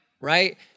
right